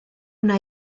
wna